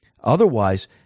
Otherwise